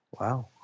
Wow